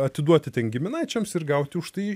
atiduoti ten giminaičiams ir gauti už tai